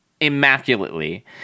immaculately